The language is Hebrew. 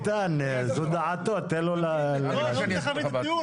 אני אנסה להסביר.